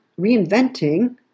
reinventing